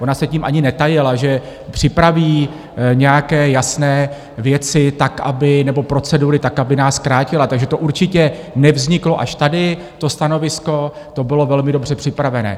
Ona se tím ani netajila, že připraví nějaké jasné věci tak, aby... nebo procedury tak, aby nás krátila, takže to určitě nevzniklo až tady, to stanovisko, to bylo velmi dobře připravené.